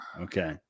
Okay